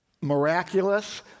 miraculous